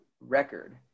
record